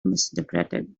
misinterpreted